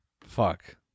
fuck